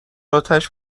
اتش